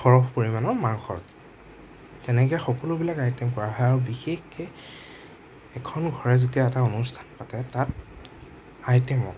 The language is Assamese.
সৰহ পৰিমাণৰ মাংস তেনেকে সকলোবিলাক আইটেম কৰা হয় আৰু বিশেষকে এখন ঘৰে যেতিয়া এটা অনুষ্ঠান পাতে তাত আইটেমত